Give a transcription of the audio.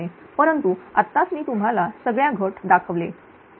परंतु आत्ताच मी तुम्हाला सगळ्या घट दाखवले